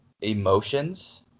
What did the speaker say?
emotions